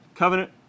Covenant